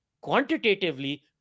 quantitatively